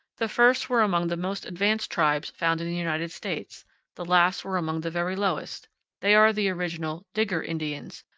the first were among the most advanced tribes found in the united states the last were among the very lowest they are the original digger indians,